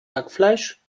hackfleisch